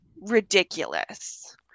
ridiculous